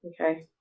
okay